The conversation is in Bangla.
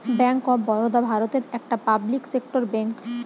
ব্যাংক অফ বারোদা ভারতের একটা পাবলিক সেক্টর ব্যাংক